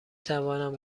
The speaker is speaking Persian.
توانم